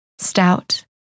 Stout